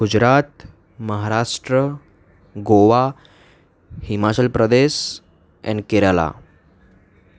Gujarat Maharashtra Goa Himachal Pradesh and Kerala